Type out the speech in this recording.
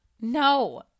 No